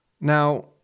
Now